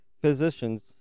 physicians